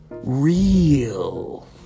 real